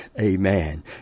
Amen